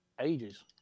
ages